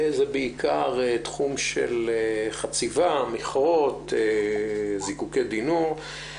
זה בעיקר תחום של חציבה, מכרות, זיקוקין דינור.